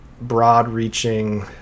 broad-reaching